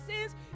sins